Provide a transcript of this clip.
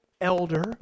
elder